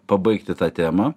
pabaigti tą temą